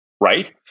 right